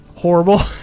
horrible